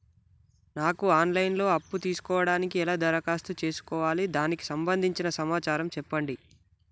నాకు online లో అప్పు తీసుకోవడానికి ఎలా దరఖాస్తు చేసుకోవాలి దానికి సంబంధించిన సమాచారం చెప్పండి?